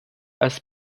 als